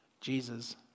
Jesus